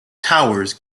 towers